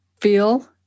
feel